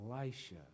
Elisha